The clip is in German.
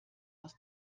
aus